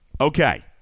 Okay